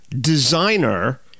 designer